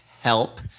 help